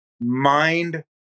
mind